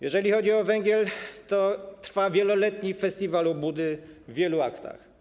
Jeżeli chodzi o węgiel, to trwa wieloletni festiwal obłudy w wielu aktach.